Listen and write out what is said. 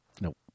Nope